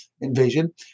invasion